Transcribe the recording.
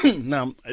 Now